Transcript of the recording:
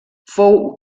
fou